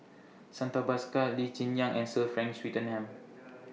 Santha Bhaskar Lee Cheng Yan and Sir Frank Swettenham